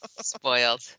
Spoiled